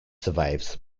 survives